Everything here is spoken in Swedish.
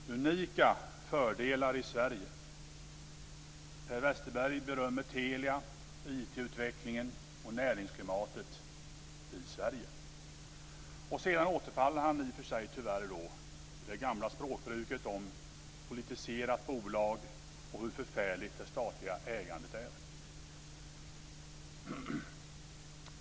Fru talman! Unika fördelar i Sverige. Per Westerberg berömmer Telia, IT-utvecklingen och näringsklimatet i Sverige. Sedan återfaller han i och för sig tyvärr i det gamla språkbruket och talar om politiserat bolag och hur förfärligt det statliga ägandet är.